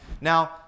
Now